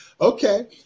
okay